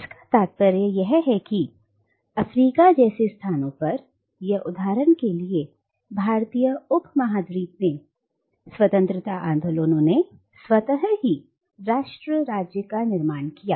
जिसका तात्पर्य यह है कि अफ्रीका जैसे स्थानों पर या उदाहरण के लिए भारतीय उपमहाद्वीप में स्वतंत्रता आंदोलनों ने स्वतः ही राष्ट्र राज्य का निर्माण किया